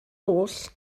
oll